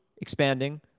expanding